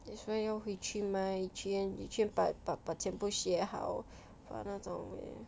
that's why 要回去 mah 以前以前把把把全部学好把那种